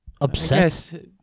upset